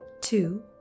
two